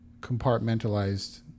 compartmentalized